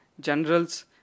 general's